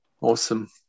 Awesome